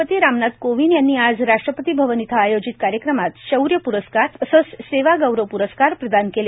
राष्ट्रपती रामनाथ कोविंद यांनी आज राष्ट्रपती भवन इथं आयोजित कार्यक्रमात शौर्य प्रस्कार तसंच सेवा गौरव प्रस्कार प्रदान केले